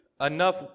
enough